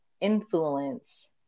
influence